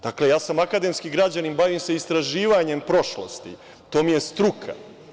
Dakle, ja sam akademski građanin, bavim se istraživanjem prošlosti, to mi je struka.